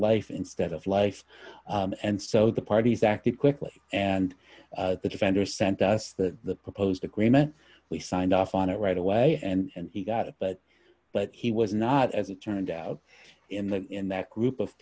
life instead of life and so the parties acted quickly and the defender sent us the proposed agreement we signed off on it right away and he got it but but he was not as it turned out in the in that group of